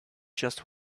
just